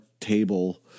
table